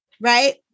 right